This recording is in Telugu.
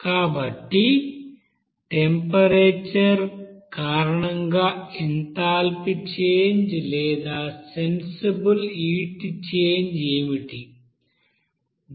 కాబట్టి టెంపరేచర్ కారణంగా ఎంథాల్పీ చేంజ్ లేదా సెన్సిబుల్ హీట్ చేంజ్ ఏమిటి